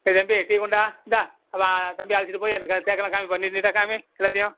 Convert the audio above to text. ஏ தம்பி டீ கொண்டா இந்தா தம்பியை அழைச்சிட்டு போய் அந்த தேக்கெல்லாம் காமிப்பா நீட்டு நீட்டாக காமி எல்லாத்தையும்